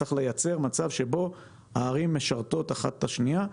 צריך לייצר מצב שבו הערים משרתות אחת את השנייה.